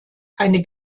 eine